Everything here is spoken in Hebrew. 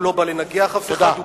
הוא לא בא לנגח אף אחד,